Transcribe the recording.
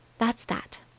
that's that.